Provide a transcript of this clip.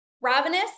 ravenous